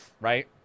right